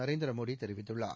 நரேந்திர மோடி தெரிவித்துள்ளார்